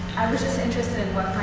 was just interested in what